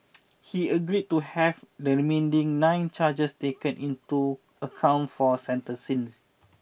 he agreed to have the remaining nine charges taken into account for sentencing